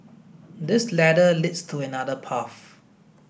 this ladder leads to another path